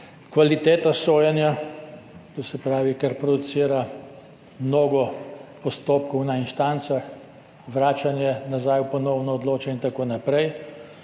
kvaliteta sojenja, to se pravi, ker producira mnogo postopkov na instancah, vračanje nazaj v ponovno odločanje in tako naprej,